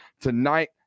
Tonight